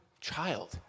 child